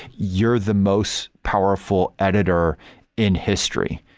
you're the most powerful editor in history.